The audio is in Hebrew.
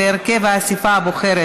איך התכוונת להצביע?